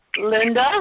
Linda